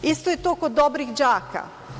Isto je to kod dobrih đaka.